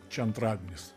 čia antradienis